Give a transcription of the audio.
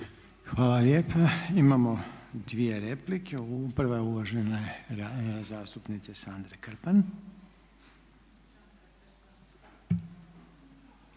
Hvala lijepa. Imamo dvije replike. Prva je uvažene zastupnice Sandre Krpan.